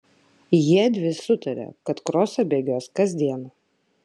jiedvi sutarė kad krosą bėgios kasdien